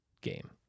game